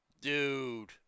Dude